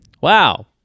Wow